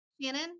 Shannon